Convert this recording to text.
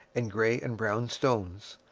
and gray and brown stones,